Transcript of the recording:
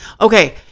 Okay